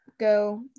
Go